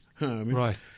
Right